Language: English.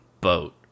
boat